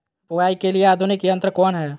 बुवाई के लिए आधुनिक यंत्र कौन हैय?